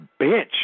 bitch